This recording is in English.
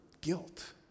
guilt